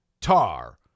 *Tar*